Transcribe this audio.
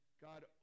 God